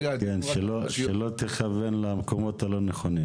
שלא תכוון למקומות הלא נכונים.